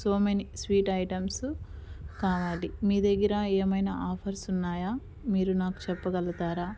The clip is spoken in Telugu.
సో మెనీ స్వీట్ ఐటమ్స్ కావాలి మీ దగ్గర ఏమైనా ఆఫర్స్ ఉన్నాయా మీరు నాకు చెప్పగలుగుతారా